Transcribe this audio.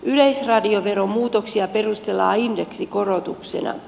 yleisradioveron muutoksia perustellaan indeksikorotuksena